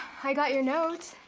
i got your note,